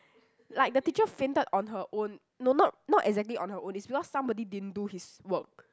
like the teacher fainted on her own no not not exactly on her own it's because somebody didn't do his work